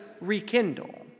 rekindle